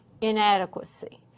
inadequacy